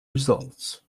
results